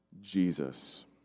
Jesus